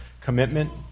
commitment